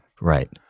right